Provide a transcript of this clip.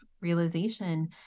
realization